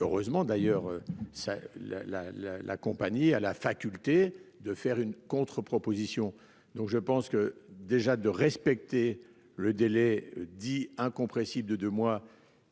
Heureusement d'ailleurs ça la la la la compagnie à la faculté de faire une contre-proposition donc je pense que déjà de respecter le délai dit incompressible de deux mois